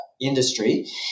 industry